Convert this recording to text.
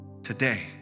today